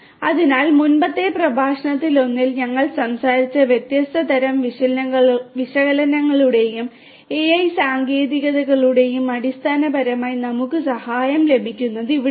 അതിനാൽ മുമ്പത്തെ പ്രഭാഷണങ്ങളിലൊന്നിൽ ഞങ്ങൾ സംസാരിച്ച വ്യത്യസ്ത തരം വിശകലനങ്ങളുടെയും AI സാങ്കേതികതകളുടെയും അടിസ്ഥാനപരമായി നമുക്ക് സഹായം ലഭിക്കുന്നത് ഇവിടെയാണ്